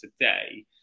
today